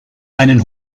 einen